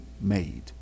made